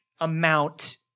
amount